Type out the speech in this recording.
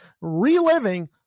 reliving